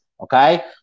Okay